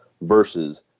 versus